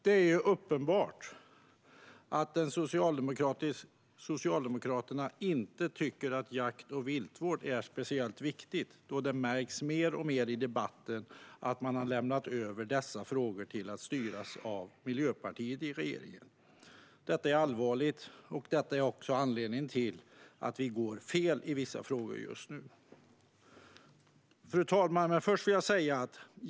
Det är uppenbart att Socialdemokraterna inte tycker att jakt och viltvård är speciellt viktigt då det märks mer och mer i debatten att man har lämnat över styrningen av dessa frågor till Miljöpartiet i regeringen. Detta är allvarligt, och det är också anledningen till att vi går fel i vissa frågor just nu. Fru talman!